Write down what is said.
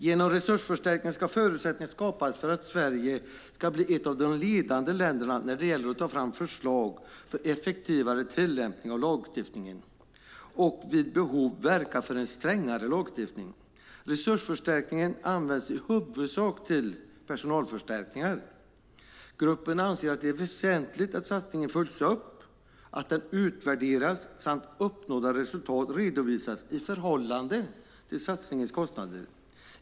Genom resursförstärkningen ska förutsättningar skapas för att Sverige ska bli ett av de ledande länderna när det gäller att ta fram förslag för effektivare tillämpning av lagstiftningen och vid behov verka för en strängare lagstiftning. Resursförstärkningen används i huvudsak till personalförstärkningar. Gruppen anser att det är väsentligt att satsningen följs upp och utvärderas samt att uppnådda resultat redovisas i förhållande till satsningens kostnader.